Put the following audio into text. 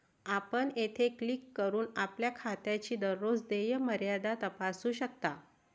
आपण येथे क्लिक करून आपल्या खात्याची दररोज देय मर्यादा तपासू शकता